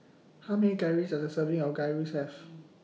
How Many Calories Does A Serving of Gyros Have